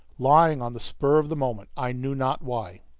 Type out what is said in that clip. lying on the spur of the moment, i knew not why.